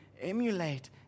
emulate